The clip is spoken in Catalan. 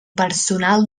personal